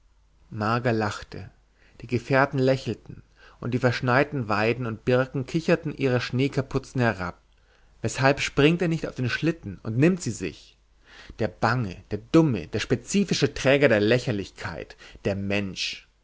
marga lachte die gefährten lächelten und die verschneiten weiden und birken kicherten ihre schneekapuzen herab weshalb springt er nicht auf den schlitten und nimmt sie sich der bange der dumme der spezifische träger der lächerlichkeit der mensch